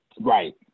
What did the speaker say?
Right